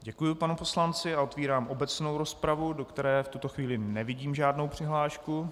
Děkuju panu poslanci a otvírám obecnou rozpravu, do které v tuto chvíli nevidím žádnou přihlášku.